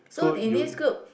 so you